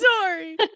sorry